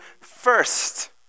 first